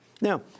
Now